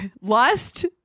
lust